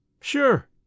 Sure